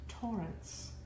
torrents